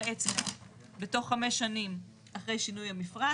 אצבע בתוך חמש שנים אחרי שינוי המפרט.